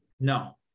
No